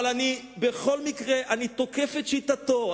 אבל בכל מקרה אני תוקף את שיטתו,